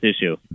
issue